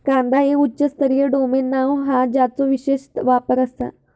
कांदा हे उच्च स्तरीय डोमेन नाव हा ज्याचो विशेष वापर आसा